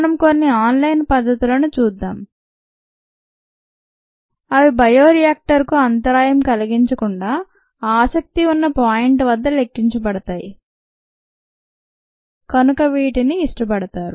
మనము కొన్ని online పద్ధతులను చూద్దాం అవి బయో రియాక్టర్ కు అంతరాయం కలిగించకుండా ఆసక్తి ఉన్న పాయింట్ వద్ద లెక్కించబడతాయి కనుక వీటిని ఇష్టపడతారు